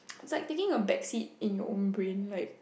is like taking a backseat in your own brain like